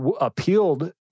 appealed